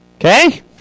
Okay